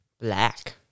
Black